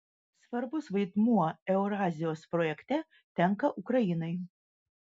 svarbus vaidmuo eurazijos projekte tenka ukrainai